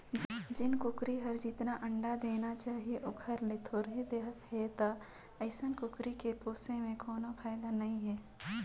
जेन कुकरी हर जेतना अंडा देना चाही ओखर ले थोरहें देहत हे त अइसन कुकरी के पोसे में कोनो फायदा नई हे